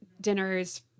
dinners